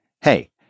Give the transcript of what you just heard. hey